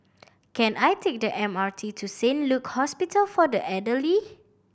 can I take the M R T to Saint Luke Hospital for the Elderly